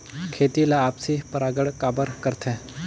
खेती ला आपसी परागण काबर करथे?